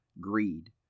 greed